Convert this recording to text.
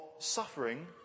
Suffering